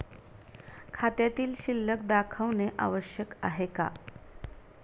खात्यातील शिल्लक दाखवणे आवश्यक आहे का?